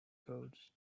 codes